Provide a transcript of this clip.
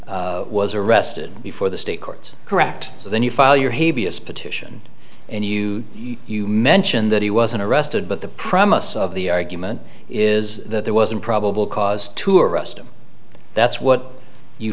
he was arrested before the state courts correct so then you file your he b s petition and you you mentioned that he wasn't arrested but the promise of the argument is that there wasn't probable cause to arrest him that's what you